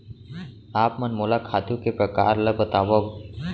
आप मन मोला खातू के प्रकार ल बतावव?